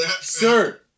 Sir